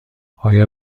آیا